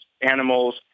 animals